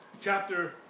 chapter